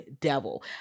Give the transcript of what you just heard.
devil